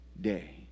day